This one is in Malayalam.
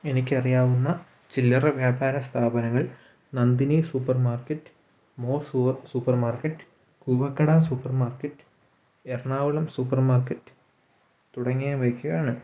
എനിക്കറിയാവുന്ന ചില്ലറ വ്യാപാര സ്ഥാപനങ്ങൾ നന്ദിനി സൂപ്പർ മാർക്കറ്റ് മോർ സൂവർ super market Koovakkada super market Ernakulam super market തുടങ്ങിയവയൊക്കെ ആണ്